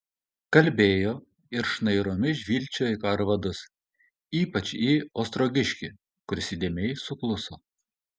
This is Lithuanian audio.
kalbėjo ir šnairomis žvilgčiojo į karo vadus ypač į ostrogiškį kuris įdėmiai sukluso